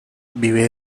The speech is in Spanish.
vive